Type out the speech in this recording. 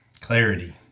Clarity